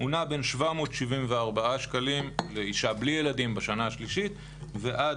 הוא נע בין 774 שקלים לאישה בלי ילדים בשנה השלישית ועד